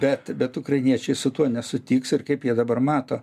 bet bet ukrainiečiai su tuo nesutiks ir kaip jie dabar mato